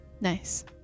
nice